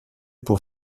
pour